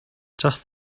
just